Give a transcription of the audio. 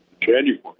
January